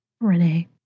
Renee